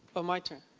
ah my turn?